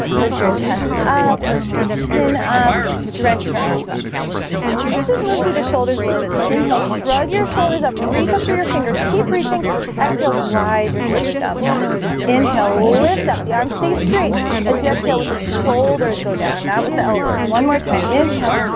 lift your chest up lift your chin up stretch your arms up let's just move through the shoulders a little bit so inhale shrug your shoulders up reach up through your fingers keep reaching exhale glide your shoulders down the back inhale lift up the arms. stay straight as you exhale with the shoulders go down not with the elbows one more time inhale